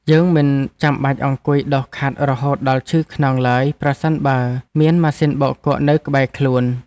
យើងមិនចាំបាច់អង្គុយដុសខាត់រហូតដល់ឈឺខ្នងឡើយប្រសិនបើមានម៉ាស៊ីនបោកគក់នៅក្បែរខ្លួន។